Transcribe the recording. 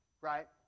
right